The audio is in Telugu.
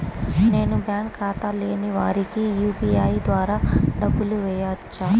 నేను బ్యాంక్ ఖాతా లేని వారికి యూ.పీ.ఐ ద్వారా డబ్బులు వేయచ్చా?